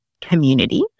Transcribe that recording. community